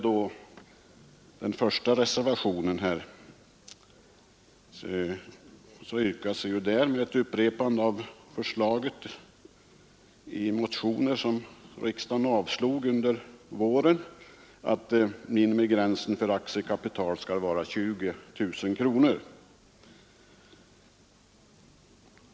I den första reservationen yrkas med upprepande av förslag i motioner som riksdagen avslog under våren att minimigränsen för aktiekapital skall vara 20000 kronor.